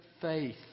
faith